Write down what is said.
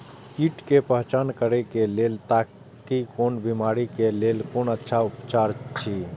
कीट के पहचान करे के लेल ताकि कोन बिमारी के लेल कोन अच्छा उपचार अछि?